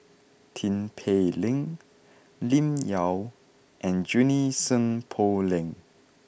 Tin Pei Ling Lim Yau and Junie Sng Poh Leng